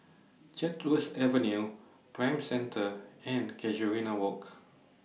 Chatsworth Avenue Prime Centre and Casuarina Walk